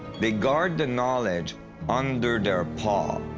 they guard the knowledge under their paw.